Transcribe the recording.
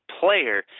player